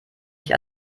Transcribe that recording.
ich